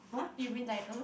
you've been diagnose